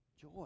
joy